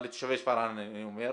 לתושבי שפרעם אני אומר,